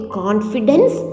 confidence